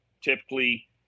typically